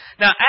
Now